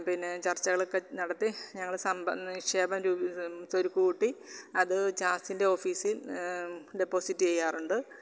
പിന്നെ ചർച്ചകളൊക്കെ നടത്തി ഞങ്ങൾ സമ്പ നിക്ഷേപം രൂപി സ്വരുക്കൂട്ടി അതു ജാസിൻ്റെ ഓഫീസിൽ ഡെപ്പോസിറ്റ് ചെയ്യാറുണ്ട്